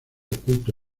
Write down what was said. oculto